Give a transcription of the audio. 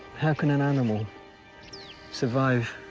how can an animal survive.